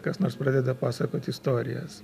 kas nors pradeda pasakot istorijas